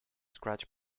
scratch